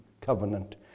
covenant